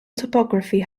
topography